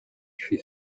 she